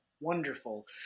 Wonderful